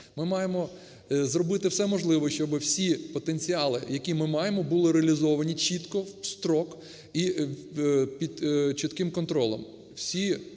Ми маємо зробити все можливе, щоби всі потенціали, які ми маємо, були реалізовані чітко, в строк і під чітким контролем.